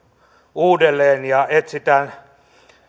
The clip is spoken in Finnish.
uudelleen ja etsitään